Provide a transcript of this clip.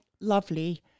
lovely